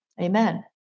Amen